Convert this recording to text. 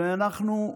ואנחנו,